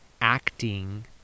acting